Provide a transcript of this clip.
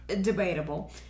debatable